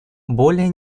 более